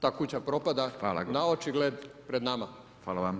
Ta kuća propada na očigled pred nama.